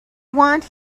want